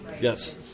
yes